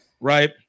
Right